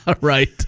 Right